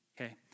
Okay